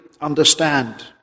understand